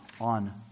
On